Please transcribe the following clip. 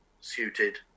suited